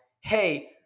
hey